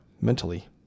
mentally